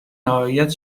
نهایت